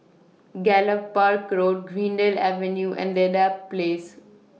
Gallop Park Go Road Greendale Avenue and Dedap Place